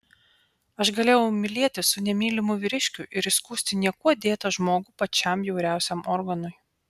aš galėjau mylėtis su nemylimu vyriškiu ir įskųsti niekuo dėtą žmogų pačiam bjauriausiam organui